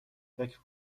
فکر